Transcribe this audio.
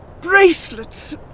bracelets